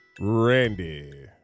Randy